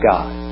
God